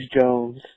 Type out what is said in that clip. Jones